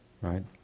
right